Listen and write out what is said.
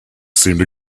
seemed